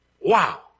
Wow